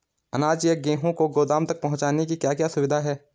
अनाज या गेहूँ को गोदाम तक पहुंचाने की क्या क्या सुविधा है?